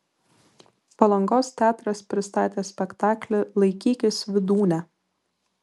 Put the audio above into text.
palangos teatras pristatė spektaklį laikykis vydūne